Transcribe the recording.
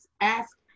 ask